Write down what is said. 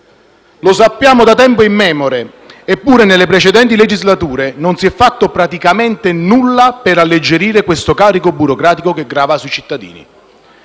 Lo sappiamo da tempo immemore; eppure nelle precedenti legislature non si è fatto praticamente nulla per alleggerire questo carico burocratico che grava sui cittadini.